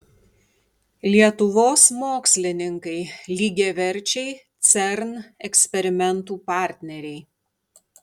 lietuvos mokslininkai lygiaverčiai cern eksperimentų partneriai